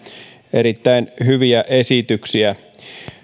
erittäin hyviä esityksiä